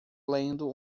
lendo